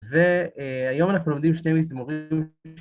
והיום אנחנו לומדים שתי מזמורים.